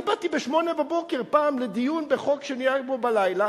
אני באתי ב-08:00 פעם לדיון בחוק מאתמול בלילה.